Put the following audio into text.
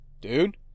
dude